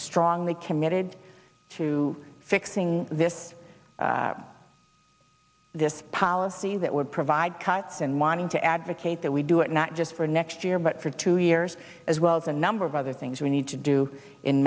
strongly committed to fixing this this policy that would provide cuts in wanting to advocate that we do it not just for next year but for two years as well as a number of other things we need to do in